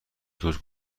اتوبوس